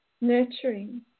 nurturing